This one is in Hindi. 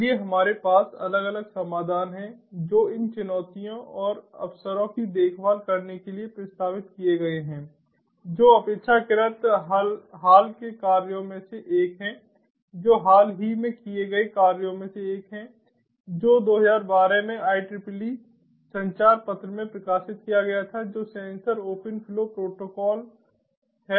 इसलिए हमारे पास अलग अलग समाधान हैं जो इन चुनौतियों और अवसरों की देखभाल करने के लिए प्रस्तावित किए गए हैं जो अपेक्षाकृत हाल के कार्यों में से एक है जो हाल ही में किए गए कार्यों में से एक है जो 2012 में IEEE संचार पत्र में प्रकाशित किया गया था जो सेंसर ओपन फ्लो प्रोटोकॉल है